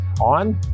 on